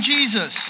Jesus